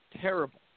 terrible